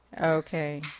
Okay